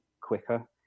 quicker